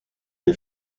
les